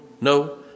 No